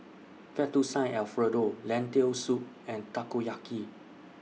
Fettuccine Alfredo Lentil Soup and Takoyaki